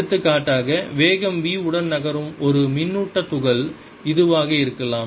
எடுத்துக்காட்டாக வேகம் v உடன் நகரும் ஒரு மின்னுட்ட துகள் இதுவாக இருக்கலாம்